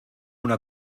una